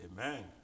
Amen